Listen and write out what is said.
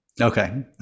Okay